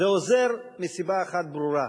זה עוזר מסיבה אחת ברורה: